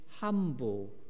Humble